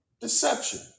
deception